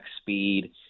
speed